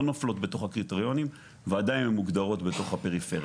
נופלות בתוך הקריטריונים ועדיין מוגדרות בתור פריפריה.